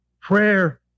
Prayer